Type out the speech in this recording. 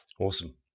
Awesome